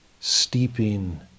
steeping